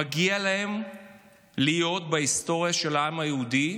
מגיע להם להיות בהיסטוריה של העם היהודי,